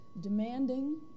demanding